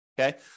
okay